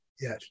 Yes